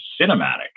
cinematic